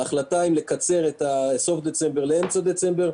ההחלטה אם לקצר מסוף דצמבר לאמצע דצמבר,